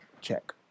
check